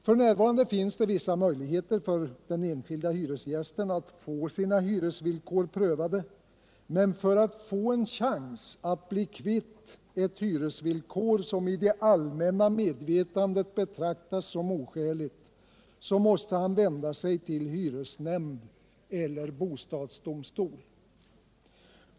| F.n. finns det vissa möjligheter för den enskilda hyresgästen att få sina hyresvillkor prövade, men för att få en chans att bli kvitt ett hyresvillkor som i det allmänna medvetandet betraktas som oskäligt måste han vända sig till hyresnämnd eller bostadsdomstol.